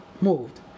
moved